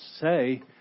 say